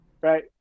right